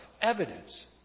evidence